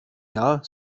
jahr